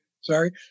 Sorry